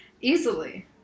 Easily